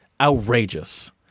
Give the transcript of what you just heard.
outrageous